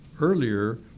earlier